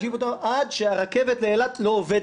תקשיבו טוב עד שהרכבת לאילת עובדת.